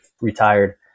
retired